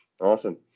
Awesome